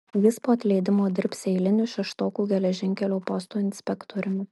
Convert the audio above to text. jis po atleidimo dirbs eiliniu šeštokų geležinkelio posto inspektoriumi